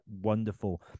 wonderful